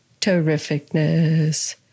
terrificness